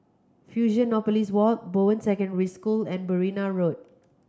Fusionopolis Walk Bowen Secondary School and Berrima Road